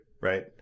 right